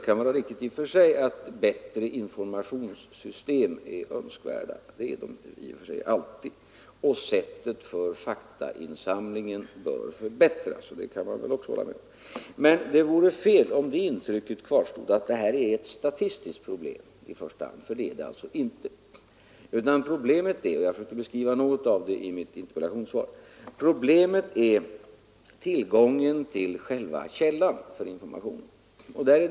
Han förklarade, att bättre informationssystem är önskvärda och att sättet för faktainsamlingen bör förbättras. Det kan man också hålla med om. Men det vore fel om det intrycket kvarstod, att detta i första hand är ett statistiskt problem, ty det är det inte. Problemet är — något som jag försökte beskriva i mitt interpellationssvar — tillgången till själva källan för informationen.